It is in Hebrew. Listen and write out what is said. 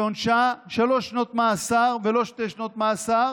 שעונשה שלוש שנות מאסר ולא שתי שנות מאסר